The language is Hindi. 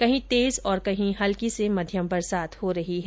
कहीं तेज और कहीं हल्की से मध्यम बरसात हो रही है